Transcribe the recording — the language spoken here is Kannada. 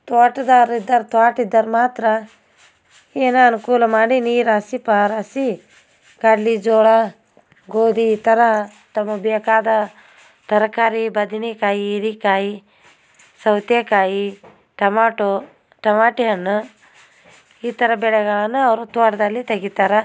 ತ್ವಾಟ್ದಾರು ಇದ್ದರೆ ತ್ವಾಟ ಇದ್ದರೆ ಮಾತ್ರ ಏನೋ ಅನುಕೂಲ ಮಾಡಿ ನೀರು ಹಾಸಿ ಪಾರು ಹಾಸಿ ಕಡ್ಲೆ ಜೋಳ ಗೋಧಿ ಈ ಥರ ತಮಗೆ ಬೇಕಾದ ತರಕಾರಿ ಬದ್ನೆಕಾಯಿ ಹೀರಿಕಾಯಿ ಸೌತೆಕಾಯಿ ಟಮಾಟೊ ಟಮಾಟಿ ಹಣ್ಣು ಈ ಥರ ಬೆಳೆಗಳನ್ನು ಅವ್ರ ತೋಟ್ದಲ್ಲಿ ತೆಗಿತಾರೆ